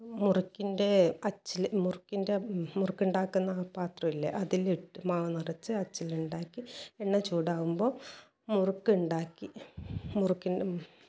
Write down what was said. മുറുക്കിൻ്റെ അച്ചിൽ മുറുക്കിൻ്റെ മുറുക്ക് ഉണ്ടാക്കുന്ന ആ പാത്രമില്ലേ അതിലിട്ട് മാവ് നിറച്ച് അച്ചിലുണ്ടാക്കി എണ്ണ ചൂടാവുമ്പോൾ മുറുക്കുണ്ടാക്കി മുറുക്കിൻ്റെ